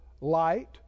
light